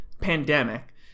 Pandemic